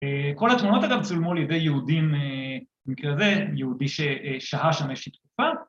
‫כל התמונות אגב צולמו ‫על ידי יהודים, במקרה הזה, ‫יהודי ששהה שם איזושהי תקופה.